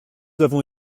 avons